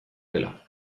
dela